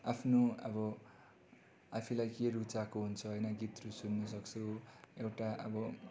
आफ्नो अब आफूलाई के रुचाएको हुन्छ होइन गीतहरू सुन्नुसक्छु एउटा अब